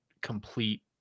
complete